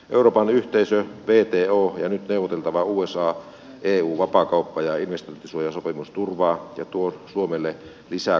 euroopan yhteisö wto ja nyt neuvoteltava usaeu vapaakauppa ja investointisuojasopimus turvaavat ja tuovat suomelle lisää kauppaa ja työtä